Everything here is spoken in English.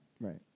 right